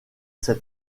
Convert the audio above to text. cet